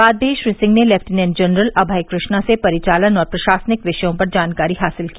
बाद में श्री सिंह ने लेफ्टिनेंट जनरल अमय कृष्णा से परिचालन और प्रशासनिक विषयों पर जानकारी हासिल की